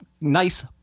nice